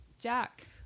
Jack